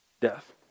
Death